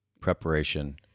Preparation